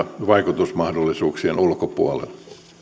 vaikutusmahdollisuuksien ulkopuolelle